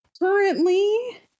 Currently